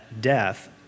death